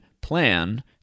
plan